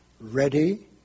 ready